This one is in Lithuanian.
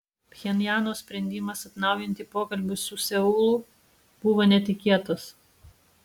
pchenjano sprendimas atnaujinti pokalbius su seulu buvo netikėtas